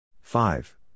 Five